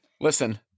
Listen